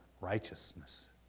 righteousness